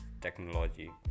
technology